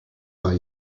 are